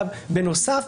בנוסף,